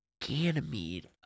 Ganymede